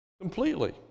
completely